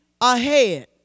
ahead